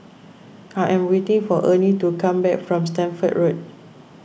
I am waiting for Ernie to come back from Stamford Road